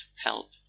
help